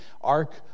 Ark